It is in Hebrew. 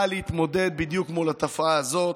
באה להתמודד בדיוק מול התופעה הזאת.